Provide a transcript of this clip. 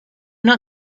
not